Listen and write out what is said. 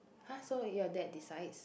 !huh! so your dad decides